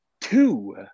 two